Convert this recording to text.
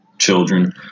children